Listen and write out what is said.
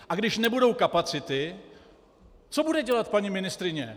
A když nebudou kapacity, co bude dělat paní ministryně?